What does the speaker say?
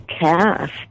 cast